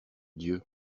dieu